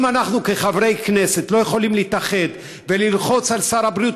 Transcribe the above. אם אנחנו כחברי כנסת לא יכולים להתאחד וללחוץ על שר הבריאות